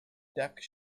deck